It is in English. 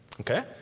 okay